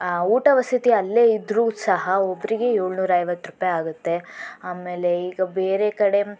ಊಟ ವಸತಿ ಅಲ್ಲೇ ಇದ್ದರೂ ಸಹ ಒಬ್ಬರಿಗೆ ಏಳುನೂರ ಐವತ್ತು ರೂಪಾಯಿ ಆಗತ್ತೆ ಆಮೇಲೆ ಈಗ ಬೇರೆ ಕಡೆ